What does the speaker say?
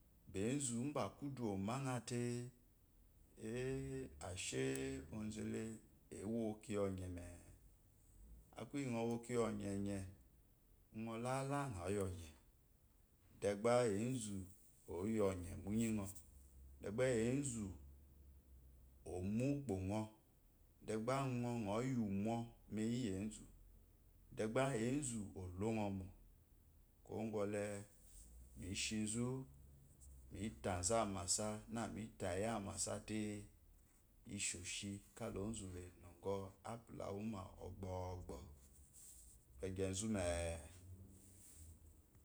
Ezú ubá kudu omaɔa te ashe ozele ewokiya ɔyeme aku iyi nowokiya oye ye unɔ lálá nɔyi ɔye deb’ ezu oyi ɔye miyiɔ’ ɔ' de bá ezu omú poɔ de ba u ɔ nɔ yi imo me yiyi ezu drba. ezu olonɔ mo kuwo kwole me shizu me tazu anmasa na mi tayi ammasa te isheshi ká ozu la nɔqɔ apula wu má ɔbɔ eqezu méé.